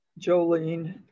Jolene